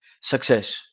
success